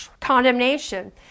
condemnation